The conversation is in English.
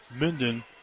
Minden